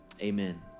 amen